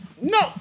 No